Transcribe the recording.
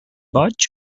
boig